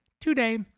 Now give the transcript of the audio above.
Today